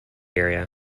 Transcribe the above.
area